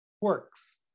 works